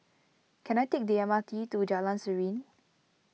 can I take the M R T to Jalan Serene